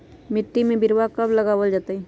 मिट्टी में बिरवा कब लगवल जयतई?